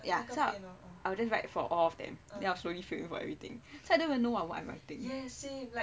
ya so I'll write for all of them then I will slowly fill up everything so I don't even know what was I writing